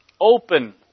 Open